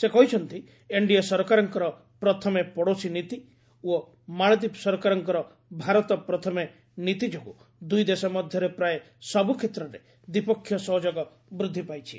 ସେ କହିଛନ୍ତି ଏନ୍ଡିଏ ସରକାରଙ୍କ 'ପ୍ରଥମେ ପଡ଼ୋଶୀ' ନୀତି ଓ ମାଳଦୀପ ସରକାରଙ୍କ 'ଭାରତ ପ୍ରଥମେ' ନୀତି ଯୋଗୁଁ ଦୁଇ ଦେଶ ମଧ୍ୟରେ ପ୍ରାୟ ସବୁ କ୍ଷେତ୍ରରେ ଦ୍ୱିପକ୍ଷିୟ ସହଯୋଗ ବୃଦ୍ଧି ପାଇଛି